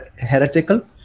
heretical